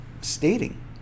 stating